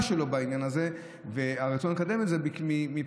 שלו בעניין הזה והרצון לקדם את זה מבחינתו.